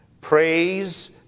Praise